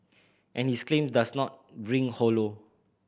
and his claim does not ring hollow